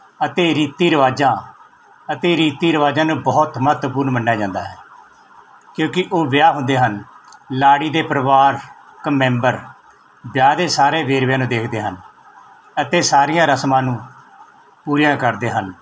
ਅਤੇ ਰੀਤੀ ਰਿਵਾਜ਼ਾਂ ਅਤੇ ਰੀਤੀ ਰਿਵਾਜ਼ਾਂ ਨੂੰ ਬਹੁਤ ਮਹੱਤਵਪੂਰਨ ਮੰਨਿਆ ਜਾਂਦਾ ਹੈ ਕਿਉਂਕਿ ਉਹ ਵਿਆਹ ਹੁੰਦੇ ਹਨ ਲਾੜੀ ਦੇ ਪਰਿਵਾਰਿਕ ਮੈਂਬਰ ਵਿਆਹ ਦੇ ਸਾਰੇ ਵੇਰਵਿਆਂ ਨੂੰ ਦੇਖਦੇ ਹਨ ਅਤੇ ਸਾਰੀਆਂ ਰਸਮਾਂ ਨੂੰ ਪੂਰੀਆਂ ਕਰਦੇ ਹਨ